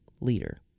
leader